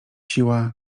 siła